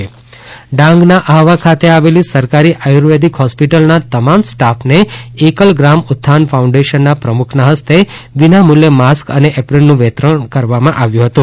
Dang mask વિતરણ ડાંગના આહવા ખાતે આવેલી સરકારી આયુર્વેદિક હોસ્પિટલના તમામ સ્ટાફને એકલ ગ્રામઉત્ત્થાન ફાઉન્ડેશન ના પ્રમુખ ના હસ્તે વિનામૂલ્યે માસ્ક અને એપ્રનનું વિતરણ કરવામાં આવ્યું હતું